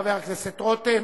חבר הכנסת רותם.